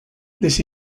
this